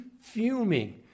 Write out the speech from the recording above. fuming